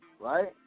right